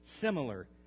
similar